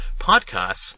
podcasts